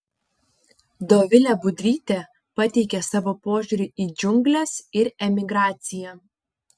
dovilė budrytė pateikia savo požiūrį į džiungles ir emigraciją